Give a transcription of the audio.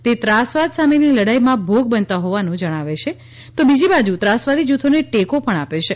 તે ત્રાસવાદ સામેની લડાઈમાં ભોગ બનતા હોવાનું જણાવે છે તો બીજી બાજુ ત્રાસવાદી જૂથોને ટેકો આપે છે